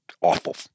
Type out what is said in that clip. awful